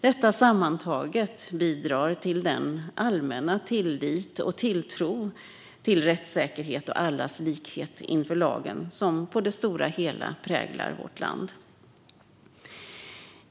Detta sammantaget bidrar till den allmänna tillit och tilltro till rättssäkerhet och allas likhet inför lagen som på det stora hela präglar vårt land.